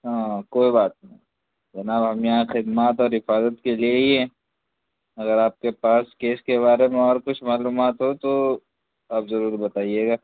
ہاں کوئی بات نہیں جناب ہم یہاں خدمات اور حفاظت کے لیے ہی ہیں اگر آپ کے پاس کیس کے بارے میں اور کچھ معلومات ہو تو آپ ضرور بتائیے گا